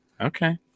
Okay